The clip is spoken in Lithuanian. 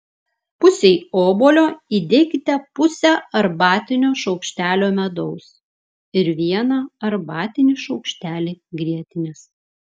pusei obuolio įdėkite pusę arbatinio šaukštelio medaus ir vieną arbatinį šaukštelį grietinės